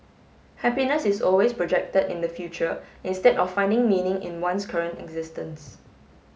happiness is always projected in the future instead of finding meaning in one's current existence